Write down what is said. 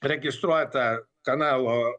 registruotą kanalo